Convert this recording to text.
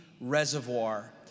reservoir